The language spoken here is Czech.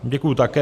Děkuji také.